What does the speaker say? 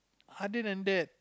other than that